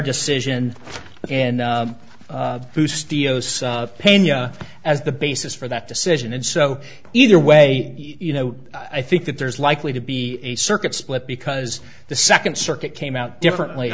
decision and pena as the basis for that decision and so either way you know i think that there's likely to be a circuit split because the second circuit came out differently